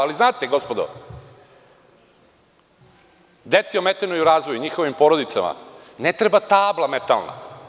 Ali, znate gospodo, deci ometenoj u razvoju, njihovim porodicama ne treba tabla metalna.